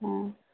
ହଁ